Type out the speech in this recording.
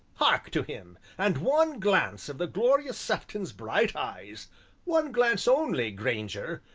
hark to him and one glance of the glorious sefton's bright eyes one glance only, grainger,